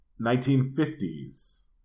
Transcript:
1950s